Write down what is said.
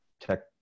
tech